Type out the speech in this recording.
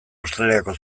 australiako